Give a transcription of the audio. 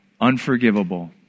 unforgivable